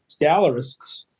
gallerists